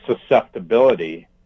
susceptibility